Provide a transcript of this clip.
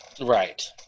Right